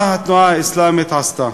מה התנועה האסלאמית עשתה?